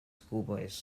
schoolboys